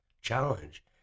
challenge